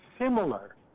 similar